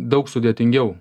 daug sudėtingiau